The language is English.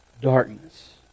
darkness